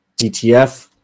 DTF